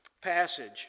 passage